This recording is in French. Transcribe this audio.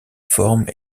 forme